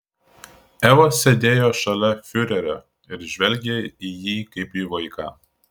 eva sėdėjo šalia fiurerio ir žvelgė į jį kaip į vaiką